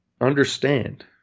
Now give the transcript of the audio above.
understand